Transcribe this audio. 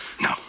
No